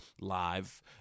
live